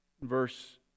verse